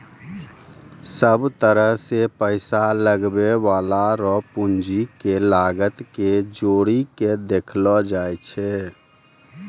सब तरह से पैसा लगबै वाला रो पूंजी के लागत के जोड़ी के देखलो जाय छै